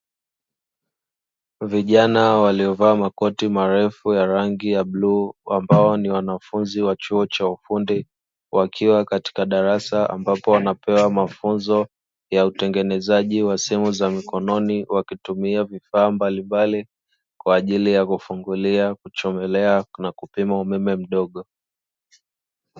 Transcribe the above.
Vijana waliovaa makoti marefu ya rangi ya bluu ambao ni wanafunzi wa chuo cha ufundi wakiwa katika darasa ambapo wanapewa mafunzo ya utengenezaji wa simu za mkononi wakitumia vifaa mbalimbali kwajili ya kufungulia, kuchomelea na kupima umeme mdogo.